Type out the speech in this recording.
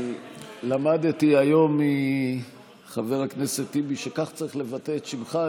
אני למדתי היום מחבר הכנסת טיבי שכך צריך לבטא את שמך.